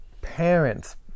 parents